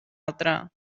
altra